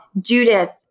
Judith